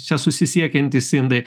čia susisiekiantys indai